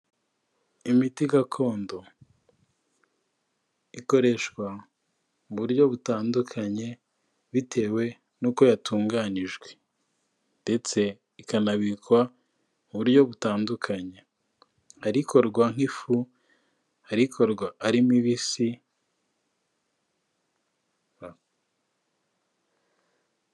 Imiti gakondo ikoreshwa mu buryo butandukanye bitewe n'uko yatunganijwe, ndetse ikanabikwa mu buryo butandukanye. Hari ikorwa nk'ifu, hari ikorwa ari mibisi.